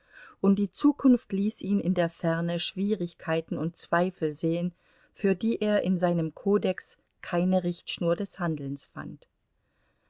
und die zukunft ließ ihn in der ferne schwierigkeiten und zweifel sehen für die er in seinem kodex keine richtschnur des handelns fand